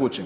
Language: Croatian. učinka.